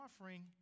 offering